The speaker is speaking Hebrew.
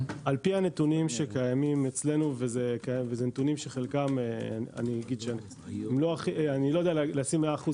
לפי הנתונים שקיימים אצלנו וזה נתונים שאני לא יודע להגיד מאה אחוז